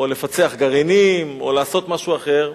או לפצח גרעינים, או לעשות משהו אחר,